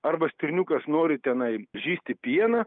arba stirniukas nori tenai žįsti pieną